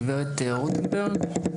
גב' רוטנברג.